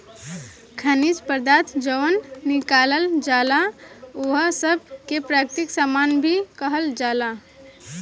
खनिज पदार्थ जवन निकालल जाला ओह सब के प्राकृतिक सामान भी कहल जाला